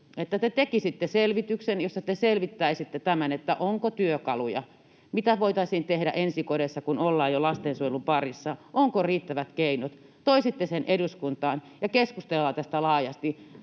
että te tekisitte selvityksen, jossa te selvittäisitte tämän, onko työkaluja? Mitä voitaisiin tehdä ensikodeissa, kun ollaan jo lastensuojelun parissa? Onko riittävät keinot? Toisitte sen eduskuntaan, ja keskustellaan tästä laajasti.